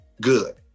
good